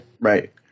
Right